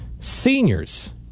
seniors